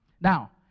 Now